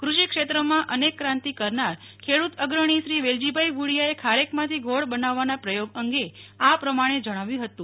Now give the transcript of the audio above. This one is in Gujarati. ક્રષિ ક્ષેત્રમાં અનેક ક્રાંતિ કરનાર ખેડૂત અગ્રણી શ્રી વેલજીભાઈ ભુડિયાએ ખારેકમાંથી ગોળ બનાવવાના પ્રયોગ અંગે આ પ્રમાણે જણાવ્યું હતું